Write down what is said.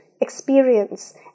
experience